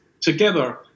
together